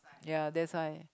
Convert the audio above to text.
ya that's why